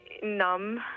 Numb